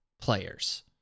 players